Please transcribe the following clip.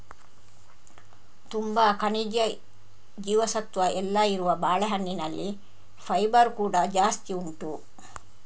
ತುಂಬಾ ಖನಿಜ, ಜೀವಸತ್ವ ಎಲ್ಲ ಇರುವ ಬಾಳೆಹಣ್ಣಿನಲ್ಲಿ ಫೈಬರ್ ಕೂಡಾ ಜಾಸ್ತಿ ಉಂಟು